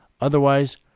Otherwise